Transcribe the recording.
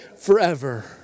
forever